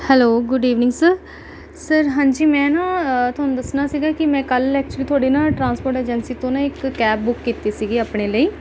hello good evening sir sir ਹਾਂਜੀ ਮੈਂ ਨਾ ਤੁਹਾਨੂੰ ਦੱਸਣਾ ਸੀਗਾ ਕਿ ਮੈਂ ਕੱਲ੍ਹ ਐਕਚੁਅਲੀ ਤੁਹਾਡੀ ਨਾ ਟਰਾਂਸਪੋਰਟ ਏਜੰਸੀ ਤੋਂ ਨਾ ਇੱਕ ਕੈਬ ਬੁੱਕ ਕੀਤੀ ਸੀਗੀ ਆਪਣੇ ਲਈ